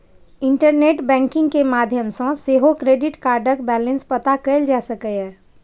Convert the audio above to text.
internet banking के माध्यम सं सेहो क्रेडिट कार्डक बैलेंस पता कैल जा सकैए